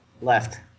Left